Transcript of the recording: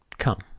come,